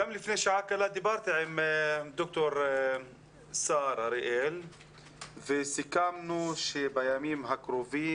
גם לפני שעה קלה דיברתי עם ד"ר סער הראל וסיכמנו שבימים הקרובים,